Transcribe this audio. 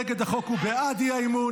נגד החוק זה בעד האי-אמון.